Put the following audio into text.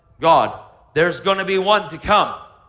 god. there's going to be one to come,